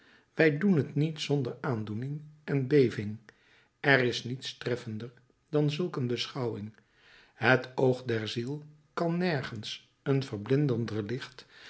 wij doen t niet zonder aandoening en beving er is niets treffender dan zulk een beschouwing het oog der ziel kan nergens een verblindender licht